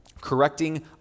correcting